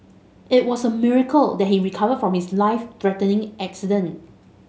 it was a miracle that he recovered from his life threatening accident